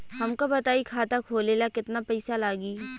हमका बताई खाता खोले ला केतना पईसा लागी?